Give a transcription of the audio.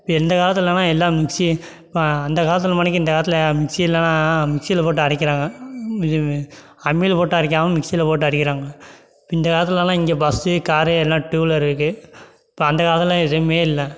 இந்தக் காலத்திலலாம் எல்லாம் மிக்சி அந்தக் காலத்தில் மாதிரிக்கி இந்தக் காலத்தில் மிக்சிலாம் மிக்சியில் போட்டு அரைக்கிறாங்க இது அம்மியில் போட்டு அரைக்காமல் மிக்சியில் போட்டு அரைக்கிறாங்க இப்போ இந்தக் காலத்திலலாம் இங்கே பஸ்ஸு கார் எல்லாம் டூ வீலர் இருக்குது இப்போ அந்தக் காலத்தில் எதுவுமே இல்லை